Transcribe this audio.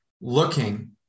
looking